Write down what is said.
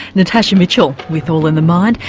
natasha mitchell with all in the mind,